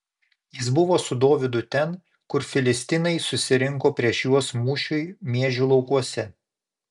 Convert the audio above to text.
jis buvo su dovydu ten kur filistinai susirinko prieš juos mūšiui miežių laukuose